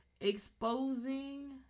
Exposing